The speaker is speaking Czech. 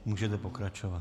Můžete pokračovat.